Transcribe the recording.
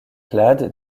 clade